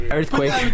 Earthquake